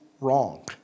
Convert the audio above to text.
wrong